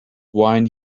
wine